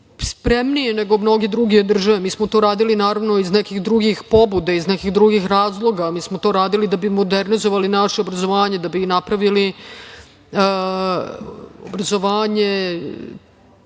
spremniji nego mnoge druge države. Mi smo to radili, naravno, iz nekih drugih pobuda, iz nekih drugih razloga. Mi smo to radili da bi modernizovali naše obrazovanje, da bi napravili obrazovanje